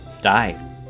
die